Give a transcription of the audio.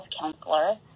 counselor